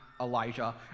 Elijah